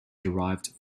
derived